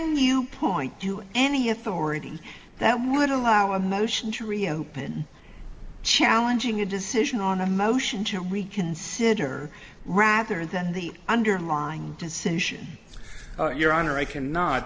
you point to any authority that would allow a motion to reopen challenging a decision on a motion to reconsider rather than the underlying decision your honor i cannot